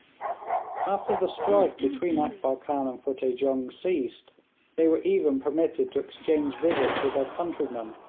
after the strife between akbar khan and futteh jung ceased they were even permitted to exchange visits with their countrymen,